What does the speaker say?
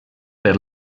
per